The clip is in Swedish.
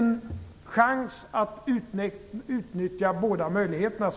på chansen att utnyttja båda möjligheterna.